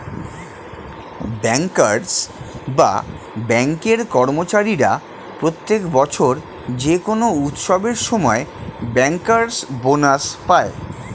bankers বা ব্যাঙ্কের কর্মচারীরা প্রত্যেক বছর যে কোনো উৎসবের সময় ব্যাংকার্স বোনাস পায়